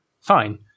fine